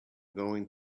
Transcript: going